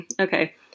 Okay